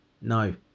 no